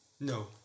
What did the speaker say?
No